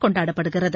கொண்டாடப்படுகிறது